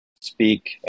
speak